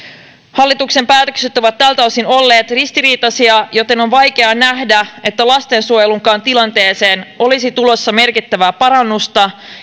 hallituksen päätökset ovat tältä osin olleet ristiriitaisia joten on vaikea nähdä että lastensuojelunkaan tilanteeseen olisi tulossa merkittävää parannusta